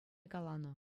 каланӑ